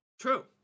true